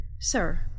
Sir